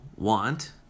want